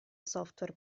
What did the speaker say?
software